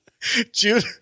Jude